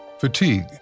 Fatigue